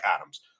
Adams